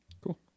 Cool